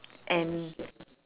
and